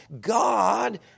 God